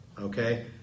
Okay